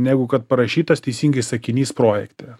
negu kad parašytas teisingai sakinys projekte